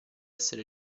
essere